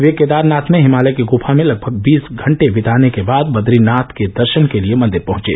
वे केदारनाथ में हिमालय की गुफा में लगभग बीस घंटे बिताने के बाद बद्रीनाथ के दर्शन के लिए मंदिर पहुंचे